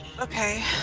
Okay